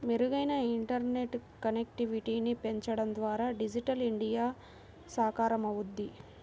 మెరుగైన ఇంటర్నెట్ కనెక్టివిటీని పెంచడం ద్వారా డిజిటల్ ఇండియా సాకారమవుద్ది